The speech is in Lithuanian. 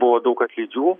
buvo daug atlydžių